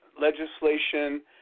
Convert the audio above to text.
legislation